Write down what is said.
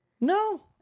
No